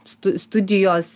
stu studijos